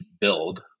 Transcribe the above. build